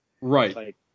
Right